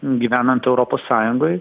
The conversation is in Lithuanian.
gyvenant europos sąjungoj